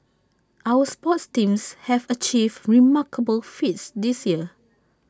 our sports teams have achieved remarkable feats this year